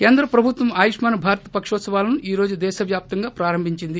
కేంద్ర ప్రభుత్వం ఆయుష్మాన్ భారత్ పకోత్సవాలను ఈ రోజు దేశ వ్యాప్తంగా ప్రారంభించింది